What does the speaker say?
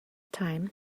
time